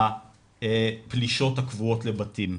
לפלישות הקבועות לבתים,